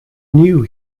knew